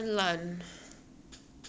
err